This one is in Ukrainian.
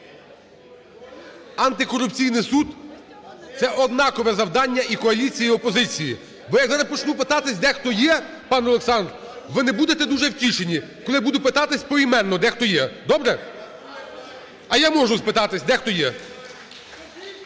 Антикорупційний суд – це однакове завдання і коаліції, і опозиції. Бо зараз як почну питатись, де хто є, пан Олександр, ви не будете дуже втішені, коли я буду питатись поіменно, де, хто є. Добре? А я можу спитатись, де, хто є.